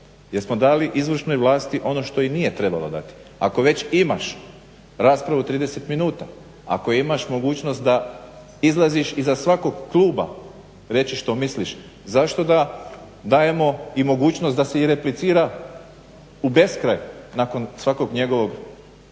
Jer smo dali izvršnoj vlasti ono što i nije trebalo dati. Ako već imaš raspravu 30 minuta, ako imaš mogućnost da izlaziš iza svakog kluba reći što misliš zašto da dajemo i mogućnost da se i replicira u beskraj nakon svakog njegovog